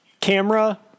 Camera